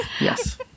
Yes